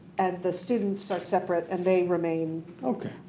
and the students are separate and they remain okay.